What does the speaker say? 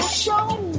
show